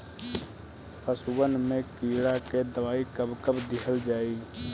पशुअन मैं कीड़ा के दवाई कब कब दिहल जाई?